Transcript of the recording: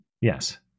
Yes